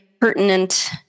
pertinent